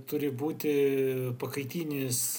turi būti pakaitinis